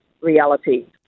reality